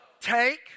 Take